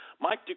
Mike